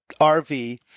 RV